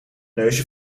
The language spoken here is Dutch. neusje